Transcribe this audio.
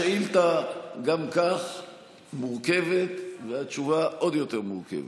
השאילתה גם כך מורכבת והתשובה עוד יותר מורכבת.